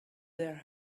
their